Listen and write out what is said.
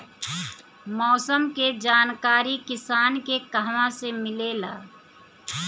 मौसम के जानकारी किसान के कहवा से मिलेला?